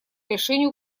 решению